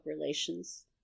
relations